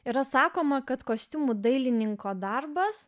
yra sakoma kad kostiumų dailininko darbas